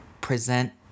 present